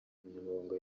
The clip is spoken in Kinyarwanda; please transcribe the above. umunyamabanga